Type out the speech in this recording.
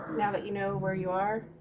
now that you know where you are?